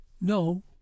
No